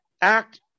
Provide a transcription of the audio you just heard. act